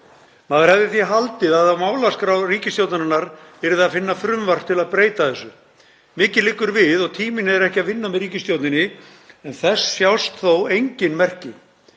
Maður hefði því haldið að á málaskrá ríkisstjórnarinnar yrði að finna frumvarp til að breyta þessu, mikið liggur við og tíminn er ekki að vinna með ríkisstjórninni, en þess sjást þó engin merki.